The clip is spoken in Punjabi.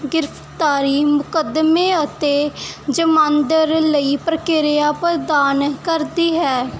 ਗ੍ਰਿਫਤਾਰੀ ਮੁਕੱਦਮੇ ਅਤੇ ਜਮਾਂਦਰੂ ਲਈ ਪ੍ਰਕਿਰਿਆ ਪ੍ਰਦਾਨ ਕਰਦੀ ਹੈ